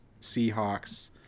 Seahawks